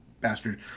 bastard